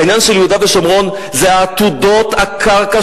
העניין של יהודה ושומרון זה עתודות הקרקע,